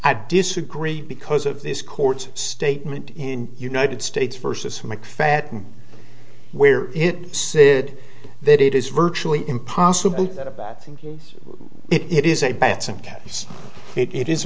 i disagree because of this court's statement in united states versus mcfadden where it said that it is virtually impossible that a bad thing he's it is a batson can't say it is